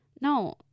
No